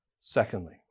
Secondly